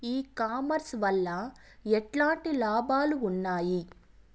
E commerce వల్ల ఎట్లాంటి లాభాలు ఉన్నాయి?